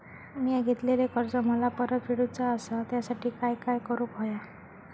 मिया घेतलेले कर्ज मला परत फेडूचा असा त्यासाठी काय काय करून होया?